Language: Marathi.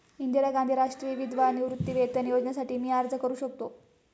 इंदिरा गांधी राष्ट्रीय विधवा निवृत्तीवेतन योजनेसाठी मी अर्ज करू शकतो?